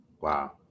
Wow